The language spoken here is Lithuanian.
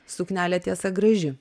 suknelė tiesa graži